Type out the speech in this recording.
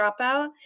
dropout